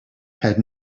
had